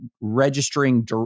registering